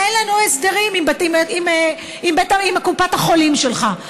אין לנו הסדרים עם קופת החולים שלך.